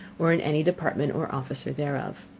or in any department or officer thereof.